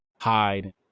hide